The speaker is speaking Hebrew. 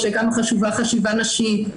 כמה חשובה חשיבה נשית,